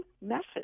message